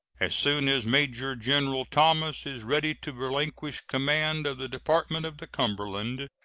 as soon as major-general thomas is ready to relinquish command of the department of the cumberland,